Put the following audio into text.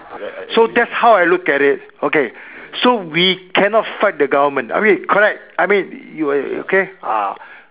so that's how I look at it okay so we cannot fight the government I mean correct I mean you okay ah